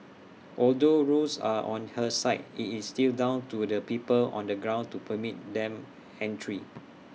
although rules are on her side IT is still down to the people on the ground to permit them entry